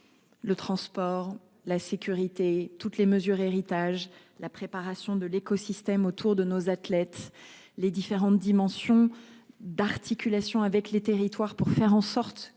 Le transport, la sécurité, toutes les mesures héritage la préparation de l'écosystème autour de nos athlètes, les différentes dimensions d'articulation avec les territoires pour faire en sorte que